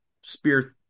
spear